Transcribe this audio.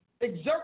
Exert